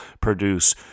produce